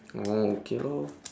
oh okay lor